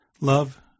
Love